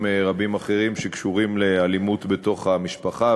רבים אחרים שקשורים לאלימות בתוך המשפחה,